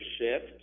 shift